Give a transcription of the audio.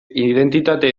identitate